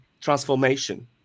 transformation